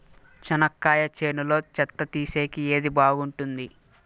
చెనక్కాయ చేనులో చెత్త తీసేకి ఏది బాగుంటుంది?